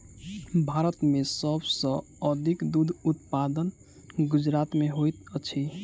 भारत में सब सॅ अधिक दूध उत्पादन गुजरात में होइत अछि